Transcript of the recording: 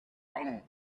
wrong